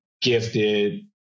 gifted